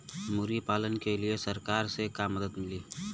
मुर्गी पालन के लीए सरकार से का मदद मिली?